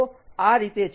તો આ રીતે છે